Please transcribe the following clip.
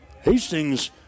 Hastings